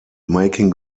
making